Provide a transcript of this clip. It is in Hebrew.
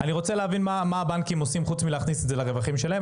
אני רוצה להבין מה הבנקים עושים חוץ מאשר להכניס את זה לרווחים שלהם,